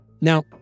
Now